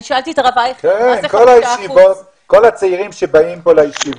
אני שאלתי את הרב אייכלר מה זה 5%. כל הצעירים שבאים פה לישיבות,